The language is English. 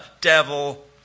devil